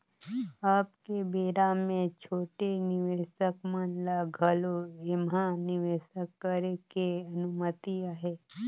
अब के बेरा मे छोटे निवेसक मन ल घलो ऐम्हा निवेसक करे के अनुमति अहे